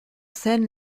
scène